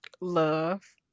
Love